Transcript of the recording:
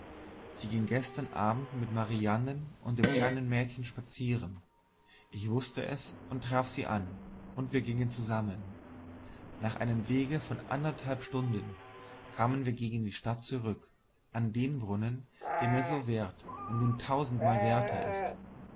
sie ging gestern abend mit marianen und dem kleinen malchen spazieren ich wußte es und traf sie an und wir gingen zusammen nach einem wege von anderthalb stunden kamen wir gegen die stadt zurück an den brunnen der mir so wert und nun tausendmal werter ist